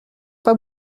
pas